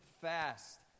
fast